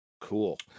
Cool